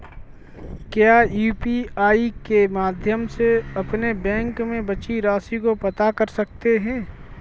क्या यू.पी.आई के माध्यम से अपने बैंक में बची राशि को पता कर सकते हैं?